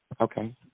Okay